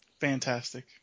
fantastic